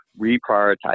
reprioritize